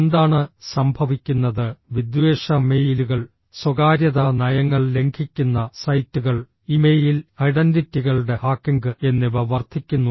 എന്താണ് സംഭവിക്കുന്നത് വിദ്വേഷ മെയിലുകൾ സ്വകാര്യതാ നയങ്ങൾ ലംഘിക്കുന്ന സൈറ്റുകൾ ഇമെയിൽ ഐഡന്റിറ്റികളുടെ ഹാക്കിംഗ് എന്നിവ വർദ്ധിക്കുന്നു